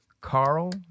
Carl